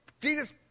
Jesus